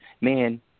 man